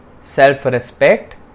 self-respect